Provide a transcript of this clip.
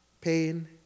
pain